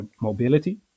mobility